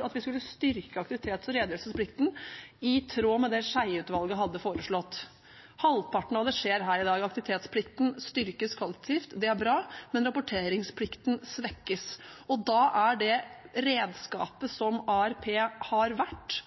aktivitets- og redegjørelsesplikten i tråd med det Skjeie-utvalget hadde foreslått. Halvparten av det skjer her i dag. Aktivitetsplikten styrkes kvalitativt, og det er bra, men rapporteringsplikten svekkes. Da er det redskapet som ARP har vært,